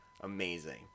amazing